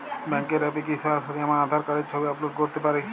ব্যাংকের অ্যাপ এ কি সরাসরি আমার আঁধার কার্ডের ছবি আপলোড করতে পারি?